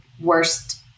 worst